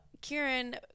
Kieran